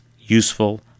Useful